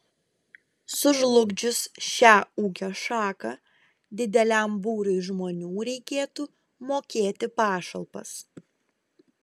sužlugdžius šią ūkio šaką dideliam būriui žmonių reikėtų mokėti pašalpas